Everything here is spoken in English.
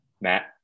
Matt